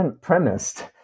premised